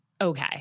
okay